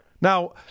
Now